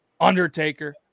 Undertaker